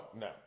No